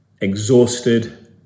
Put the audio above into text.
exhausted